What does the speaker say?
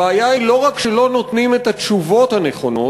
הבעיה היא לא רק שלא נותנים את התשובות הנכונות,